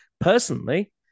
Personally